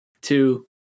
two